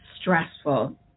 stressful